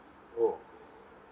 oh